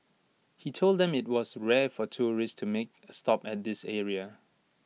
he told them IT was rare for tourists to make A stop at this area